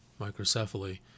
microcephaly